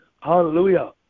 hallelujah